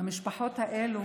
המשפחות האלה